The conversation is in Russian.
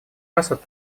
асад